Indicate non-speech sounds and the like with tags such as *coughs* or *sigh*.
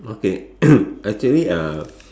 okay *coughs* actually uh